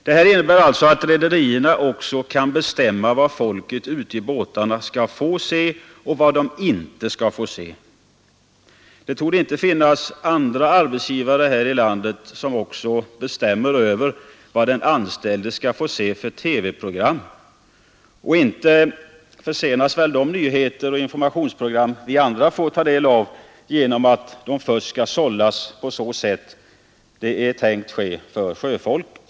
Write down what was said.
Det här innebär också att rederierna kan bestämma vad folk ute i båtarna skall få se och vad de inte skall få se. Det torde inte finnas andra arbetsgivare här i landet som bestämmer vad den anställde skall få se för program. Och inte försenas väl de nyhetsoch informationsprogram som andra får ta del av genom att de först skall kollas på det sätt som är tänkt för sjöfolkets del.